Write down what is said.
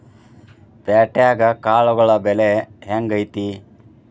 ಪ್ಯಾಟ್ಯಾಗ್ ಕಾಳುಗಳ ಬೆಲೆ ಹೆಂಗ್ ಐತಿ?